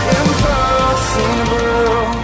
impossible